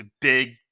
big